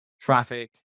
traffic